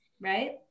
right